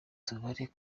tubare